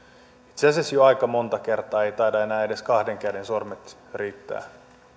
itse asiassa jo aika monta kertaa ei taida enää edes kahden käden sormet riittää